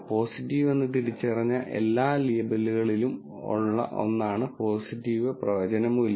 positive എന്ന് തിരിച്ചറിഞ്ഞ എല്ലാ ലേബലുകളിലും ഉള്ള ഒന്നാണ് പോസിറ്റീവ് പ്രവചന മൂല്യം